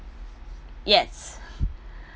yes